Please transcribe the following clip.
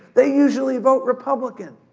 they usually vote republican.